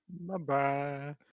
Bye-bye